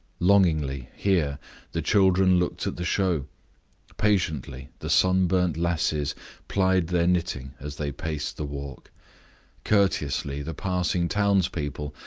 longingly, here the children looked at the show patiently the sunburned lasses plied their knitting as they paced the walk courteously the passing townspeople,